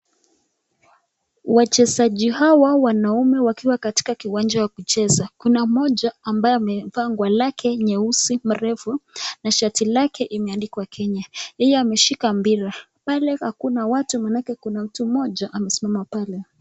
Wachezaji hawa wanaume wakiwa katika kiwanja wa kucheza, kuna moja ambaye amevaa nguo yake nyeusi mrefu na shati lake imeandikwa Kenya, huyu ameshika mpira pale hakuna watu manake kuna mtu moja amesimama pale.